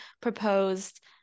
proposed